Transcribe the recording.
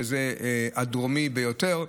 שזה הדרומי ביותר,